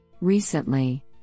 Recently